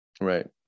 right